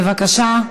בבקשה,